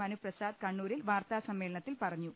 മനു പ്രസാദ് കണ്ണൂരിൽ വാർത്താ സമ്മേളനത്തിൽ പറഞ്ഞു